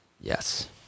Yes